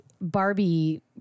Barbie